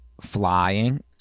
flying